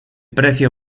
precio